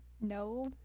No